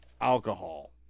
alcohol